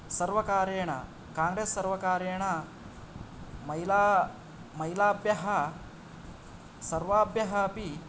सर्वकारेण काङ्ग्रेस् सर्वकारेण महिला महिलाभ्यः सर्वाभ्यः अपि